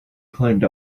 climbed